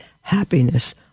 happiness